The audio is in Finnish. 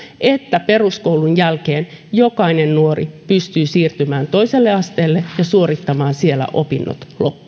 että peruskoulun jälkeen jokainen nuori pystyy siirtymään toiselle asteelle ja suorittamaan siellä opinnot